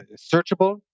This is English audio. searchable